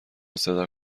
صدا